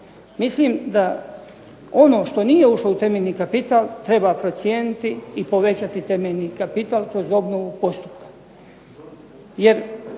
Mislim da ono što nije ušlo u temeljni kapital treba procijeniti i povećati temeljni kapital kroz obnovu postupka. Jer